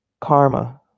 karma